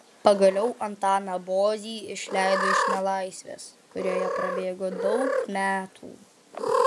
pagaliau antaną bozį išleido iš nelaisvės kurioje prabėgo daug metų